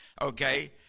Okay